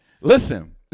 Listen